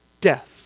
death